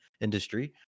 industry